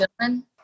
gentlemen